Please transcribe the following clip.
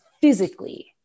physically